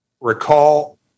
recall